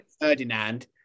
Ferdinand